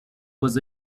was